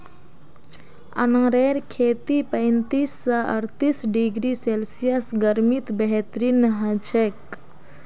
अनारेर खेती पैंतीस स अर्तीस डिग्री सेल्सियस गर्मीत बेहतरीन हछेक